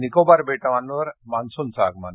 निकोबार बेटांवर मान्सुनचं आगमन